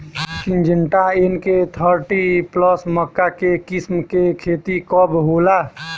Syngenta NK thirty plus मक्का के किस्म के खेती कब होला?